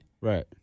right